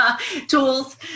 Tools